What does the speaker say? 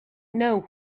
know